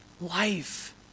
Life